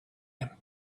him